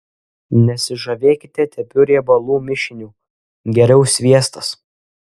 nesižavėkite tepiu riebalų mišiniu geriau sviestas